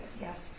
Yes